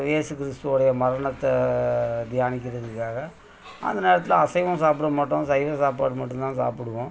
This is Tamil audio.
இயேசு கிறிஸ்து உடைய மரணத்தை தியானிக்கிறதுக்காக அந்த நேரத்தில் அசைவம் சாப்பட மாட்டோம் சைவம் சாப்பாடு மட்டும் தான் சாப்பிடுவோம்